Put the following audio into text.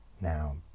Now